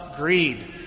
greed